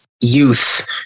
youth